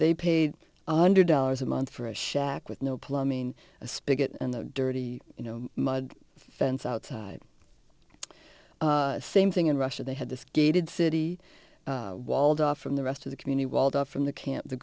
they paid under dollars a month for a shack with no plumbing a spigot and a dirty you know mud fence outside same thing in russia they had this gated city walled off from the rest of the community walled off from the camp the